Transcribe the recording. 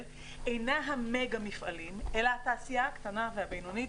אינה המגה מפעלים אלא התעשייה הקטנה והבינונית,